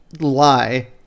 lie